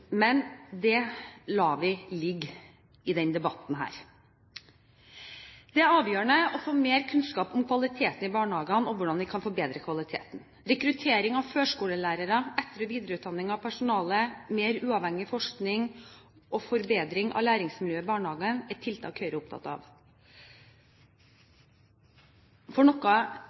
Men det lar vi ligge i denne debatten. Det er avgjørende å få mer kunnskap om kvaliteten i barnehagene og om hvordan vi kan forbedre kvaliteten. Rekruttering av førskolelærere, etter- og videreutdanning av personalet, mer uavhengig forskning og forbedring av læringsmiljøet i barnehagene er tiltak Høyre er opptatt av. For